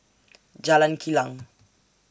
Jalan Kilang